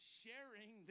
sharing